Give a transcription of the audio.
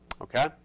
Okay